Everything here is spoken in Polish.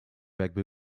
jakby